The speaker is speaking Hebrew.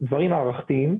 דברים מערכתיים,